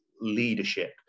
leadership